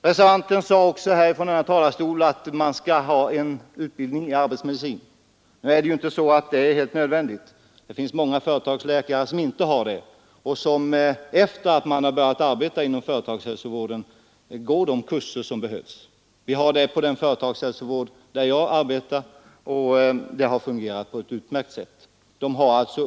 Reservanten §ade från denna talarstol också att man skulle vara hänvisad till läkare med utbildning i arbetsmedicin. Men det är inte helt nödvändigt. Det finns många företagsläkare som inte har denna utbildning och som efter att ha börjat arbeta inom företagshälsovården går de kurser som behövs. Så är förhållandet inom den företagshälsovård där jag arbetar, och det har fungerat på ett utmärkt sätt.